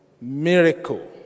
miracle